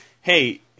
hey